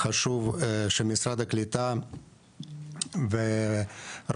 חשוב שמשרד הקליטה והרשויות